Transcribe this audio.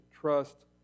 trust